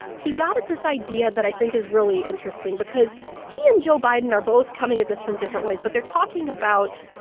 he got at this idea that i think is really interesting because he and joe biden are both coming at this from different ways, but they're talking about